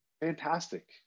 fantastic